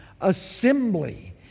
assembly